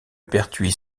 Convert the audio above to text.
pertuis